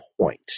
point